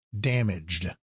damaged